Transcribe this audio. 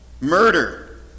murder